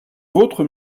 vôtre